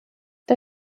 der